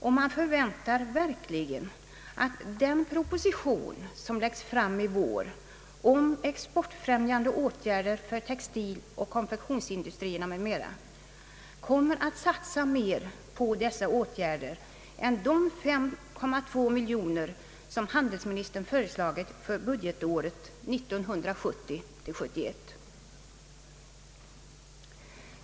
Och man förväntar verkligen att regeringen i den proposition som läggs fram i vår om exportfrämjande åtgärder för textiloch konfektionsindustrierna m.m. kommer att satsa mer på dessa åtgärder än de 5,2 miljoner kronor som handelsministern föreslagit för budgetåret 1970/71.